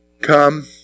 Come